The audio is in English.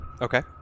Okay